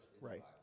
right